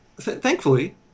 thankfully